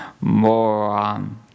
moron